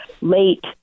late